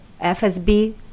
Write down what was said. FSB